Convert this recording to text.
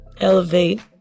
elevate